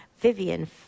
vivian